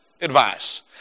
advice